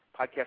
Podcast